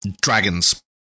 dragons